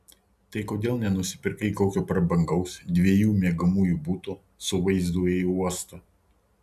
tai kodėl nenusipirkai kokio prabangaus dviejų miegamųjų buto su vaizdu į uostą